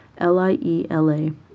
LIELA